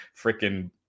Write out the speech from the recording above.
freaking